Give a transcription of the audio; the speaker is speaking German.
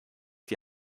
die